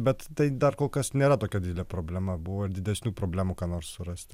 bet tai dar kol kas nėra tokia didelė problema buvo ir didesnių problemų ką nors surasti